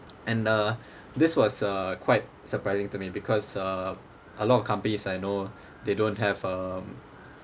and uh this was a quite surprising to me because uh a lot of companies I know they don't have um